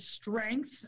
strength